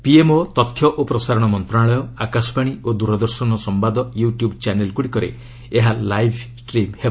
PMO ତଥ୍ୟ ଓ ପ୍ରସାରଣ ମନ୍ତ୍ରଣାଳୟ ଆକାଶବାଣୀ ଓ ଦୂରଦର୍ଶନ ସମ୍ବାଦ ୟୁ ଟ୍ୟୁବ୍ ଚ୍ୟାନେଲ୍ଗୁଡ଼ିକରେ ଏହା ଲାଇଭ୍ଷ୍ଟ୍ରିମ୍ ହେବ